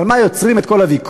על מה יוצרים את כל הוויכוח?